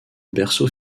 berceau